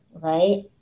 Right